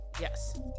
Yes